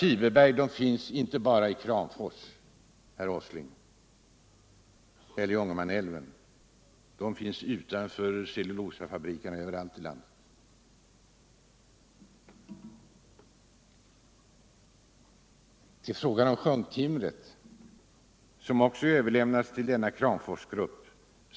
Fiberberg finns inte bara i Kramfors och i Ångermanälven, herr Åsling, utan överallt i landet utanför cellulosafabrikerna. Så till frågan om sjunktimret, vilken också överlämnats till denna Kramforsgrupp.